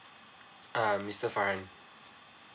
um mister farhan